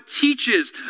teaches